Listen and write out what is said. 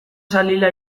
salila